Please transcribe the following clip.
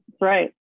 Right